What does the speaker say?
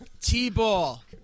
T-ball